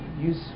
use